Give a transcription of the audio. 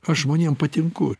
aš žmonėm patinku